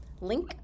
link